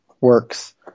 works